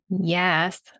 Yes